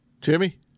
Jimmy